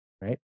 right